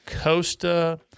Costa